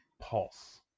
Pulse